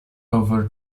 over